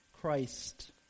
Christ